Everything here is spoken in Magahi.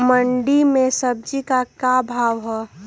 मंडी में सब्जी का क्या भाव हैँ?